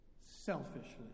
selfishly